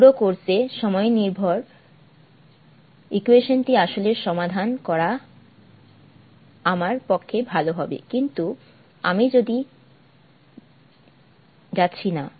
পুরো কোর্স এ সময় নির্ভর ইকুয়েশনটি আসলে সমাধান করা আমার পক্ষে ভাল হবে কিন্তু আমি যাচ্ছি না